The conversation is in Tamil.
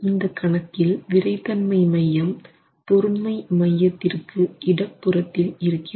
இந்த கணக்கில் விறைத்தன்மை மையம் பொருண்மை மையத்திற்கு இடப்புறத்தில் இருக்கிறது